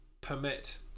permit